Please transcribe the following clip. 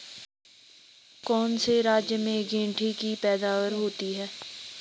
कौन से राज्य में गेंठी की पैदावार होती है?